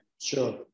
Sure